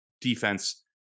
defense